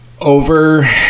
over